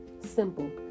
Simple